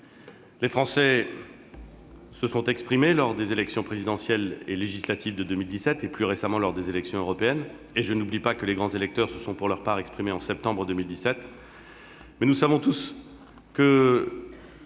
Les Français se sont exprimés lors des élections présidentielle et législatives de 2017 et, plus récemment, lors des élections européennes ; je n'oublie pas que les grands électeurs se sont, pour leur part, exprimés en septembre 2017. Mais nous savons tous que